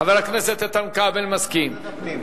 חבר הכנסת איתן כבל, מסכים.